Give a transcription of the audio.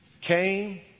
came